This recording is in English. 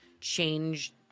change